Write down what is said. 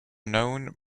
known